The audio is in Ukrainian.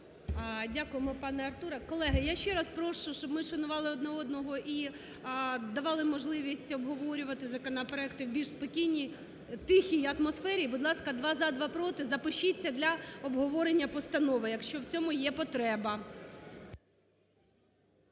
Дякуємо, пане Артуре. Колеги, я ще раз прошу, щоб ми шанували один одного і давали можливість обговорювати законопроекти в більш спокійній, тихій атмосфері. Будь ласка, два – за, два – проти, запишіться для обговорення постанови, якщо в цьому є потреба.